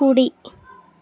కుడి